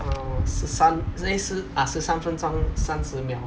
err 十三 eh 十 ah 十三分钟三十秒